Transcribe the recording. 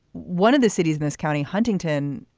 one of the cities in this county, huntington,